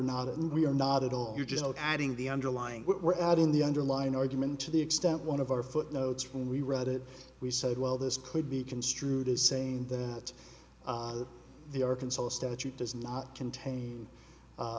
and we're not at all you're just adding the underlying we're adding the underlying argument to the extent one of our footnotes when we read it we said well this could be construed as saying that the arkansas statute does not contain